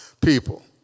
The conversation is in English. people